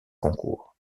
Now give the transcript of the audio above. concours